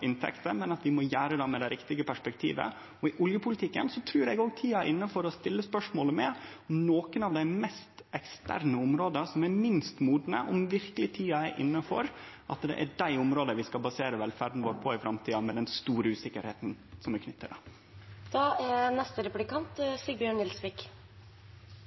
utgifter, men at vi må gjere det med det rette perspektivet. Og i oljepolitikken trur eg tida er inne for å stille spørsmål når det gjeld nokre av dei mest eksterne områda som er minst modne – om verkeleg tida er inne for at det er dei områda vi skal basere velferda vår på i framtida, med den stor usikkerheita som er knytt til